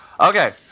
Okay